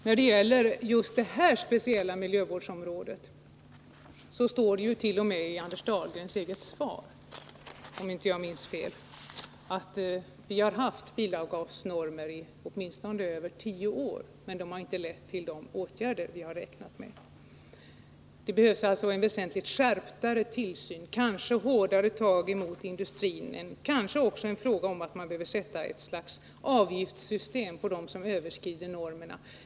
När det gäller det här speciella miljövårdsområdet står det t.o.m. i Anders Dahlgrens eget svar att vi haft bilavgasnormer åtminstone i över tio år men att de inte lett till de åtgärder vi räknat med. Det är alltså nödvändigt att man skärper tillsynen väsentligt och kanske även att man tar hårdare tag mot industrin. Det kanske också blir nödvändigt att ta ut avgifter av dem som överskrider normerna.